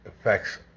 affects